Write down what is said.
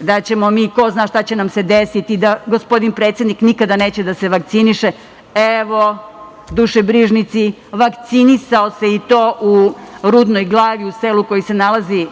valjaju, ko zna šta će nam se desiti, da gospodin predsednik nikada neće da se vakciniše, itd. Evo, dušebrižnici, vakcinisao se i to u Rudnoj Glavi, u selu koje se nalazi